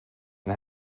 and